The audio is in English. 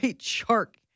shark